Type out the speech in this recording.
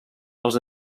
els